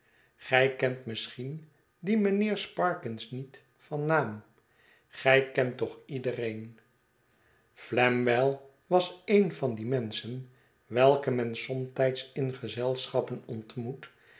gij kent misschien dien mijnheer sparkins niet van naam gij kent toch iedereen flamwell was een van die menschen welke men somtijds in gezelschappen ontmoet